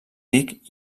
dic